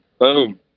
boom